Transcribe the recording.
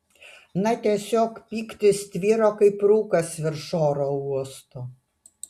na tiesiog pyktis tvyro kaip rūkas virš oro uosto